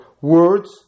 words